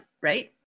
right